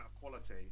quality